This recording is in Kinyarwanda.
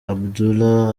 abdullah